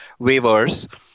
waivers